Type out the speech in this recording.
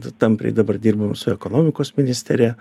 tampriai dabar dirbam su ekonomikos ministerija